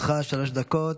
לרשותך שלוש דקות,